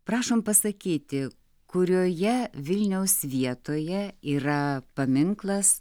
prašom pasakyti kurioje vilniaus vietoje yra paminklas